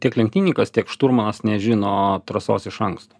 tiek lenktynininkas tiek šturmanas nežino trasos iš anksto